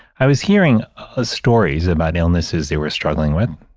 i was hearing ah stories about illnesses they were struggling with.